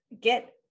get